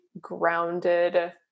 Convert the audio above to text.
grounded